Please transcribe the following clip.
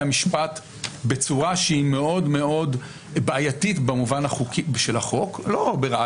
המשפט בצורה שהיא מאוד מאוד בעייתית במובן של החוק ---,